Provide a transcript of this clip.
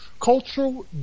cultural